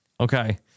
Okay